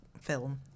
film